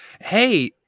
hey